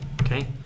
Okay